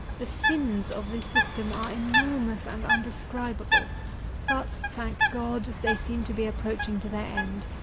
the sins of this system are enormous and undescribable but, thank god! they seem to be approaching to their end!